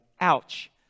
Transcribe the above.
ouch